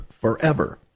forever